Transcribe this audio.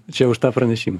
čia už tą pranešimą